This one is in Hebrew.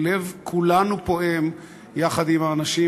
לב כולנו פועם יחד עם האנשים,